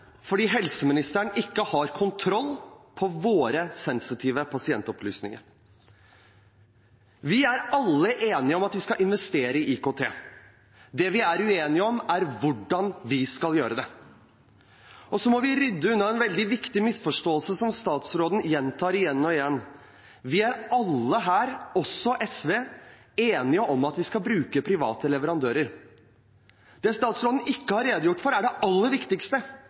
fordi helseministeren ikke har kontroll på våre sensitive pasientopplysninger. Vi er alle enige om at vi skal investere i IKT. Det vi er uenige om, er hvordan vi skal gjøre det. Vi må rydde unna en veldig viktig misforståelse som statsråden gjentar igjen og igjen. Vi er alle her – også SV – enige om at vi skal bruke private leverandører. Det statsråden ikke har redegjort for, er det aller viktigste,